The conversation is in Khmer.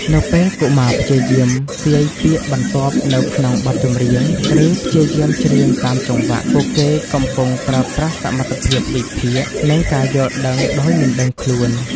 នៅពេលកុមារព្យាយាមទាយពាក្យបន្ទាប់នៅក្នុងបទចម្រៀង ឬព្យាយាមច្រៀងតាមចង្វាក់ ពួកគេកំពុងប្រើប្រាស់សមត្ថភាពវិភាគ និងការយល់ដឹងដោយមិនដឹងខ្លួន។